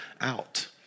out